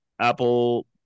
Apple